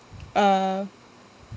uh